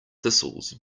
thistles